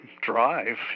Drive